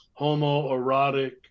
homoerotic